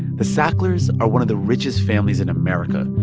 the sacklers are one of the richest families in america.